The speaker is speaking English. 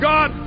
God